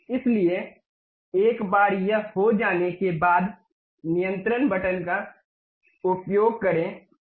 इसलिए एक बार यह हो जाने के बाद नियंत्रण बटन का उपयोग करें उस रेखा को पकड़ें